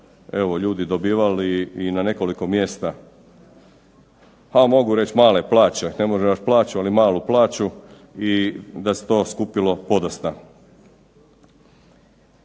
ljudi dobivali i na nekoliko mjesta, pa mogu reći male plaće, ne može još plaću, ali malu plaću i da se to skupilo podosta.